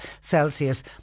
Celsius